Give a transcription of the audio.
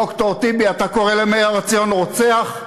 ד"ר טיבי, אתה קורא למאיר הר-ציון רוצח?